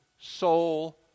soul